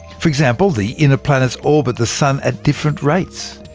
for example, the inner planets orbit the sun at different rates.